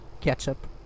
ketchup